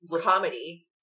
comedy